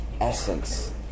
essence